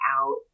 out